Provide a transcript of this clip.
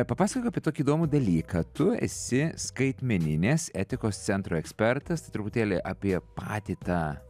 papasakok apie tokį įdomų dalyką tu esi skaitmeninės etikos centro ekspertas truputėlį apie patį tą